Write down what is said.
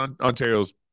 Ontario's